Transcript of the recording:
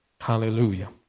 Hallelujah